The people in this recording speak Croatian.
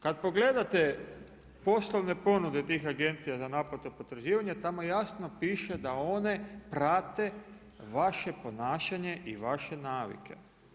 Kad pogledate poslovne ponude tih Agencija za naplatu potraživanja tamo jasno piše da one prate vaše ponašanje i vaše navike.